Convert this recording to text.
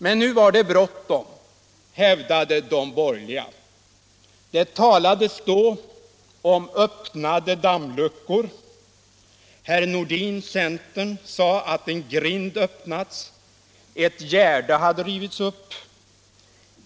Men nu var det bråttom, hävdade de borgerliga. Det talades då om öppnade dammluckor. Herr Nordin sade att en grind öppnats och att ett gärde hade rivits upp.